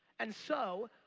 and so,